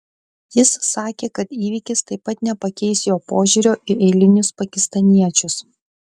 jis sakė kad įvykis taip pat nepakeis jo požiūrio į eilinius pakistaniečius